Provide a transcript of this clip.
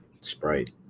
Sprite